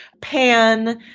pan